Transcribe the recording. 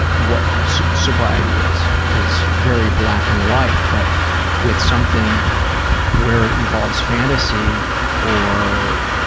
what sobriety is. it's very black and white. but with something where it involves fantasy or,